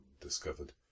discovered